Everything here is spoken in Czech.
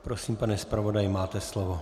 Prosím, pane zpravodaji, máte slovo.